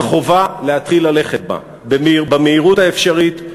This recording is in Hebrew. אבל חובה להתחיל ללכת בה במהירות האפשרית,